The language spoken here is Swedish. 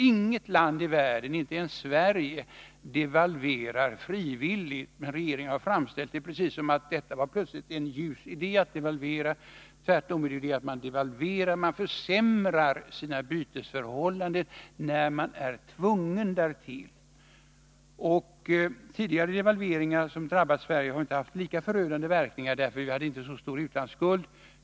Inget land i världen, inte ens Sverige, devalverar frivilligt. Regeringen har dock framställt det som om det plötsligt var en ljus idé att devalvera. Tvärtom försämrar man sina bytesförhållanden, bara när man är tvungen därtill. De tidigare devalveringar som drabbat Sverige har inte haft samma förödande verkningar, eftersom vi då inte hade så stor utlandsskuld.